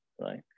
right